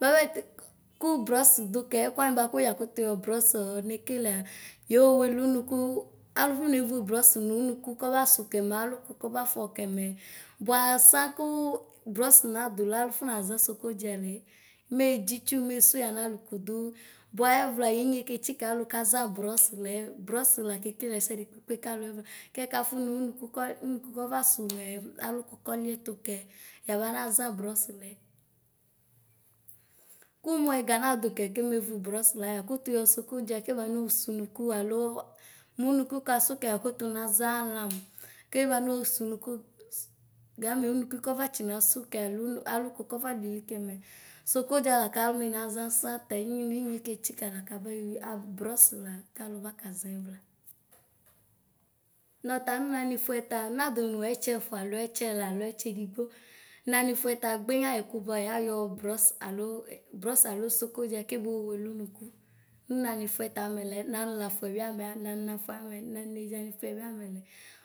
Bapɛ ku brɔss dukɛ ɛkuani baku ya kutu yɔ brɔss ɔɔ nekle a, yoo welunuku, alufunevu brɔss nunuku kɔnasu kɛmɛ naluku kɔbaƒɔkɛ mɛ. Buaa da kuu brɔss nadula aƒɔnaʒa sokoɖia lɛ medzitsu mesu yana luku du, buaɛvla inyɛ ketsikɔ alu koʒa brɔss lɛɛ; brɔss la me kekelɛsɛdikpekpe kalu ɛvla kɛkafu nunuku kɔ umuku kɔƒasuvmɛ, kalu ku kɔliɛtu kɛ, yabanaʒa brɔss lɛ kumuɛga nadukɛ kemevi brɔss la yakutu yɔ sokodia kɛba noo sunuku ;s. gamɛ unuku kɔba tsinasu kɛ alo aluku kɔba lili kɛ mɛ. Sokodia la kalumiaʒo seta emiebi inye ketsikɔ laka kueyui brɔss la kalu bakaʒa ɛvla. Nɔta nu manifuɛta nadu nu ɛtsɛfua alo ɛtsɛla alo ɛtsɛdigbo. Naniƒuɛ ta egbenya yɛku bua yayɔ brɔss alo ɛ brɔss alo sokodia kɛboo welunuku. Nnanƒuɛta amɛlɛ manlafuɛ biamɛ, nannafuɛ biamɛ, nannedʒɔ nifuɛ bi amɛ lɛ